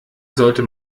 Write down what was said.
sollte